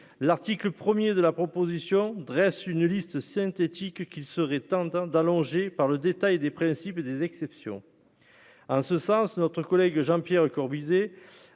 l'article 1er de la proposition dresse une liste synthétique qu'il serait temps d'allonger par le détail des principes et des exceptions ce sens notre collègue Jean-Pierre Corbisez